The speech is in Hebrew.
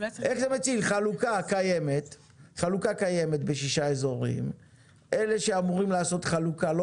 חלוקה קיימת בשישה אזורים אלה שצריכים לעשות את החלוקה לא